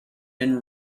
been